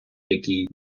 який